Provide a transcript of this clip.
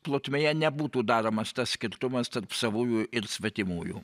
plotmėje nebūtų daromas tas skirtumas tarp savųjų ir svetimųjų